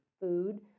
food